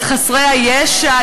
את חסרי הישע,